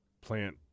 plant